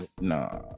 Nah